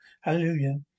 hallelujah